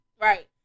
Right